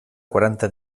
quaranta